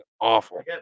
awful